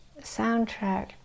soundtrack